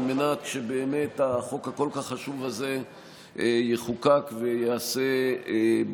על מנת שהחוק הכל-כך חשוב הזה יחוקק וייעשה במהרה.